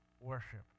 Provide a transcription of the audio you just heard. worship